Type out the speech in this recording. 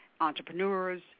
entrepreneurs